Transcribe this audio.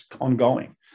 ongoing